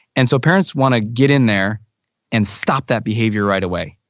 and so parents want to get in there and stop that behavior right away.